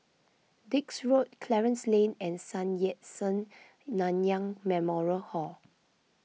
Dix Road Clarence Lane and Sun Yat Sen Nanyang Memorial Hall